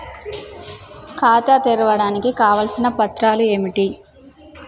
ఖాతా తెరవడానికి కావలసిన పత్రాలు ఏమిటి?